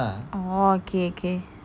oh okay okay